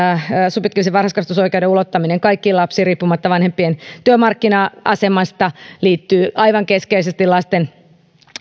subjektiivisen varhaiskasvatusoikeuden ulottaminen kaikkiin lapsiin riippumatta vanhempien työmarkkina asemasta liittyy aivan keskeisesti lasten